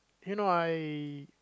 you know I